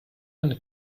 eine